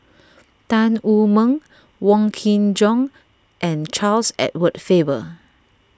Tan Wu Meng Wong Kin Jong and Charles Edward Faber